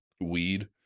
Weed